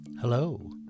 Hello